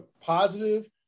positive